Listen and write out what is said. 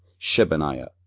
shebaniah,